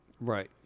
Right